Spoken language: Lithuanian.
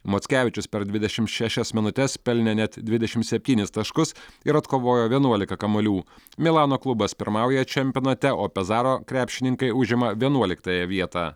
mockevičius per dvidešim šešias minutes pelnė net dvidešim septynis taškus ir atkovojo vienuolika kamuolių milano klubas pirmauja čempionate o pezaro krepšininkai užima vienuoliktąją vietą